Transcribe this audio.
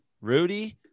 Rudy